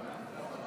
אם אני לא טועה.